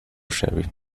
شوی